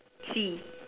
T